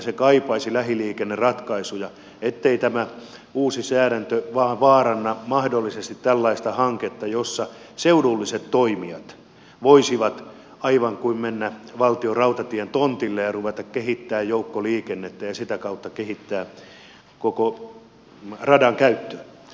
se kaipaisi lähiliikenneratkaisuja ettei tämä uusi säädäntö vain vaaranna mahdollisesti tällaista hanketta jossa seudulliset toimijat voisivat aivan kuin mennä valtionrautateiden tontille ja ruveta kehittämään joukkoliikennettä ja sitä kautta kehittää koko radan käyttöä